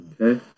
okay